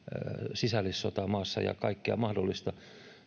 sisällissota maassa ja kaikkea mahdollista